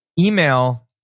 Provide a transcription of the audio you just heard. email